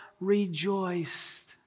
rejoiced